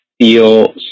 feel